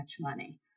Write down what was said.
money